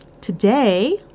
Today